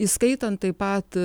įskaitant taip pat